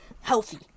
healthy